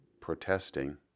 protesting